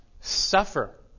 suffer